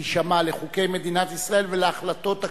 להישמע לחוקי מדינת ישראל ולהחלטות הכנסת,